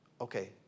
okay